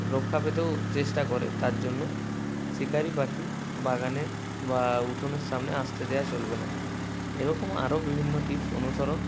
রক্ষা পেতেও চেষ্টা করে তার জন্য শিকারি পাখি বাগানের বা উঠোনের সামনে আসতে দেওয়া চলবে না এরকম আরও বিভিন্ন টিপস অনুসরণ